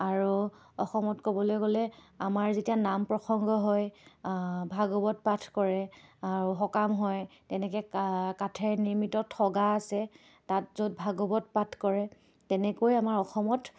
আৰু অসমত ক'বলৈ গ'লে আমাৰ যেতিয়া নাম প্ৰসংগ হয় ভাগৱত পাঠ কৰে আৰু সকাম হয় তেনেকৈ কাঠে নিৰ্মিত ঠগা আছে তাত য'ত ভাগৱত পাঠ কৰে তেনেকৈ আমাৰ অসমত